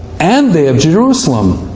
and they of jerusalem,